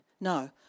No